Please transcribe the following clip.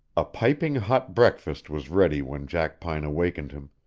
a piping hot breakfast was ready when jackpine awakened him,